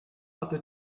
other